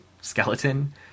skeleton